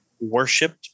worshipped